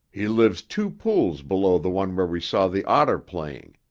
he lives two pools below the one where we saw the otter playing.